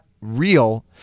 real